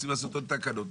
רוצים לעשות עוד תקנות?